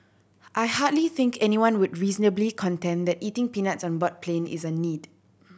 I hardly think anyone would reasonably contend that eating peanuts on board a plane is a need